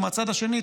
ומהצד השני,